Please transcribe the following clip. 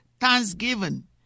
Thanksgiving